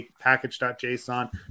package.json